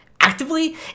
actively